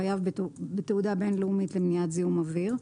החייב בתעודה בין-לאומית למניעת זיהום אוויר,